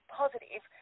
positive